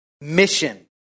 mission